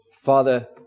Father